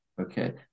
okay